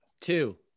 Two